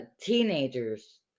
teenagers